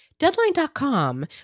Deadline.com